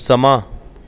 ਸਮਾਂ